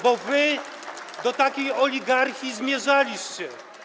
Bo wy do takiej oligarchii zmierzaliście.